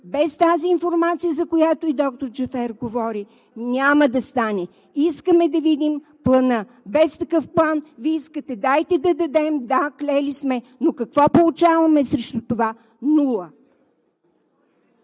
без тази информация, за която и доктор Джафер говори – няма да стане. Искаме да видим плана. Без такъв план Вие искате – дайте да дадем. Да, клели сме се, но какво получаваме срещу това?! Нула!